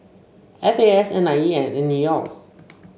F A S and NIE and NEL